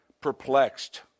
perplexed